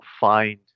find